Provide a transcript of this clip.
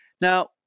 Now